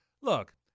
look